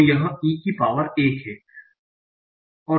तो यह e की पावर 1 है